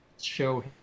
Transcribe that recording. show